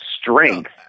strength